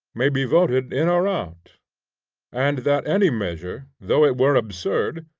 may be voted in or out and that any measure, though it were absurd,